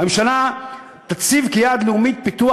"הממשלה תציב כיעד לאומי את פיתוח